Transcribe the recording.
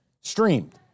streamed